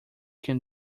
can